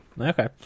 Okay